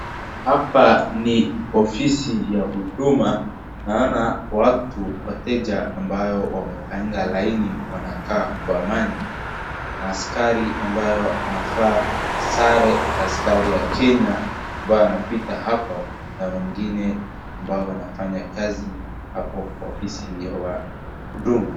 Hapa ni ofisi ya huduma. Naona watu wateja ambao wamepanga laini wanakaa kwa amani na askari ambayo anavaa sare ya askari ya Kenya ambaye anapita hapo na wengine ambao wanafanya kazi hapo kwa ofisi ya huduma.